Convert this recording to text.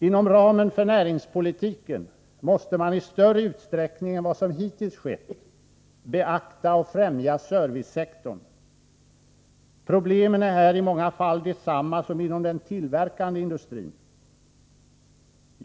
Inom ramen för näringspolitiken måste man i större utsträckning än vad som hittills skett beakta och främja servicesektorn. Problemen är här i många fall desamma som inom den tillverkande industrin.